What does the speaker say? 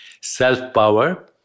Self-power